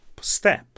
step